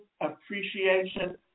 appreciation